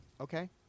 Okay